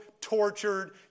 tortured